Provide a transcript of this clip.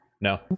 No